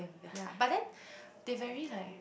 ya but then they very like